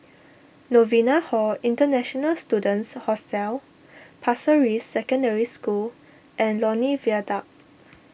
Novena Hall International Students Hostel Pasir Ris Secondary School and Lornie Viaduct